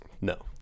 No